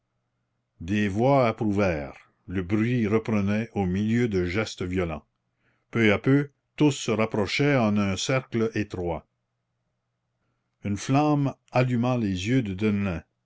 des voix approuvèrent le bruit reprenait au milieu de gestes violents peu à peu tous se rapprochaient en un cercle étroit une flamme alluma les yeux de